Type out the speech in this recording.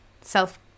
self